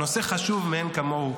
נושא חשוב מאין כמוהו,